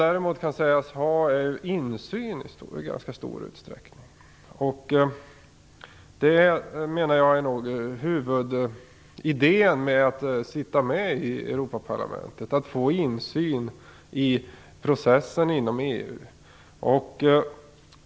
Däremot kan Europaparlamentet i ganska stor utsträckning sägas ha insyn. Jag menar att huvudidén med att sitta med i Europaparlamentet är att få insyn i processen inom EU.